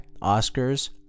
Oscars